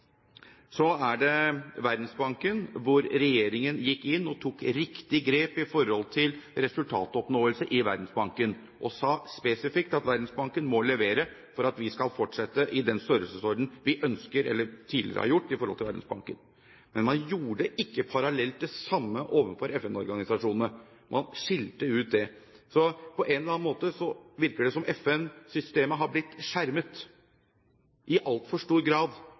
Så er det Verdensbanken, hvor regjeringen gikk inn og tok riktig grep i forhold til resultatoppnåelse og sa spesifikt at Verdensbanken må levere for at vi skal fortsette i den størrelsesorden vi ønsker, eller tidligere har gjort, i forhold til Verdensbanken. Men man gjorde ikke parallelt det samme overfor FN-organisasjonene. Man skilte ut det. Så på en eller annen måte virker det som om FN-systemet har blitt skjermet i altfor stor grad,